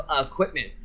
equipment